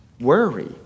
worry